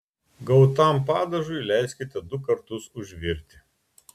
gautam padažui leiskite du kartus užvirti